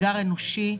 אתגר אנושי,